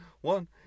One